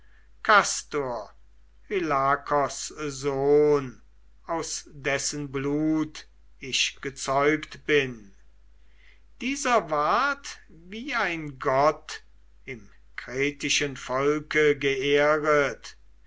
kastor hylakos sohn aus dessen blut ich gezeugt bin dieser ward wie ein gott im kretischen volke geehret